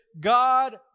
God